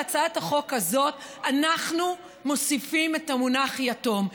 בהצעת החוק הזאת אנחנו מוסיפים את המונח "יתום".